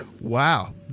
Wow